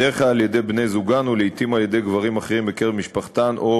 בדרך כלל על-ידי בני-זוגן ולעתים על-ידי גברים אחרים בקרב משפחתן או